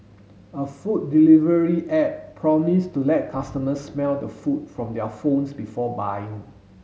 a food delivery app promised to let customers smell the food from their phones before buying